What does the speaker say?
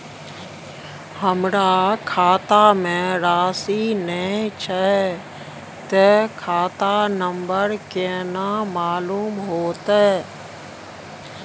हमरा खाता में राशि ने छै ते खाता नंबर केना मालूम होते?